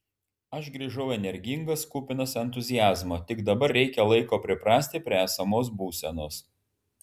aš grįžau energingas kupinas entuziazmo tik dabar reikia laiko priprasti prie esamos būsenos